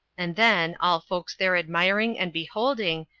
and then, all folks there admiring and beholding,